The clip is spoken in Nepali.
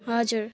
हजुर